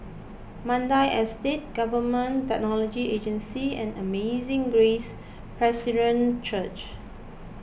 Mandai Estate Government Technology Agency and Amazing Grace Presbyterian Church